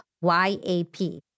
Y-A-P